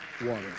water